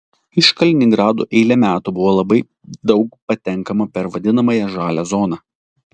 iš kaliningrado eilę metų buvo labai daug patenkama per vadinamąją žalią zoną